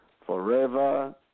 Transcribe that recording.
Forever